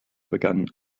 begannen